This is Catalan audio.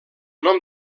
nom